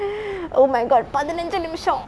oh my god பதினஞ்சு நிமிஷொ:pathinanji nisho